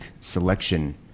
selection